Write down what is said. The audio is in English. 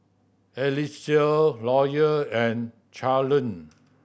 Eliseo Loyal and Charleen